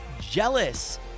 jealous